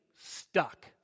stuck